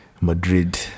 Madrid